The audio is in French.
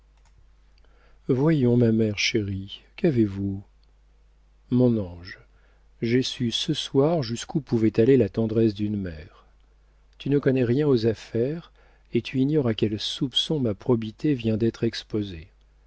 voyons ma mère chérie qu'avez-vous mon ange j'ai su ce soir jusqu'où pouvait aller la tendresse d'une mère tu ne connais rien aux affaires et tu ignores à quels soupçons ma probité vient d'être exposée